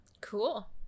Cool